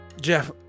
Jeff